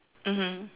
mmhmm